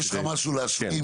יש לך משהו להוסיף?